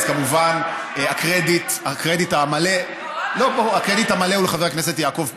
אז כמובן, הקרדיט המלא הוא לחבר הכנסת יעקב פרי,